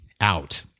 out